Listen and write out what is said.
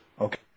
Okay